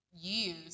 years